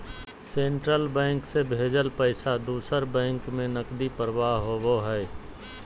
central bank से भेजल पैसा दूसर बैंक में नकदी प्रवाह होबो हइ